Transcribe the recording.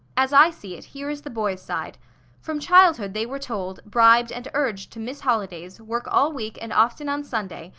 as i see it, here is the boys' side from childhood they were told, bribed, and urged to miss holidays, work all week, and often on sunday,